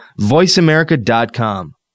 voiceamerica.com